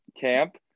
camp